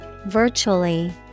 Virtually